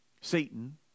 Satan